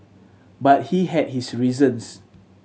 but he had his reasons